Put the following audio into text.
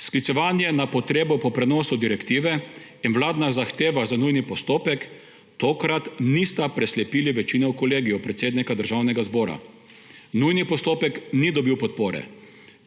Sklicevanje na potrebo po prenosu direktive in vladna zahteva za nujni postopek tokrat nista preslepila večine v Kolegiju predsednika Državnega zbora, nujni postopek ni dobil podpore,